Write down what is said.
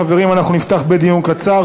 חברים, אנחנו נפתח בדיון קצר.